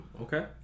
okay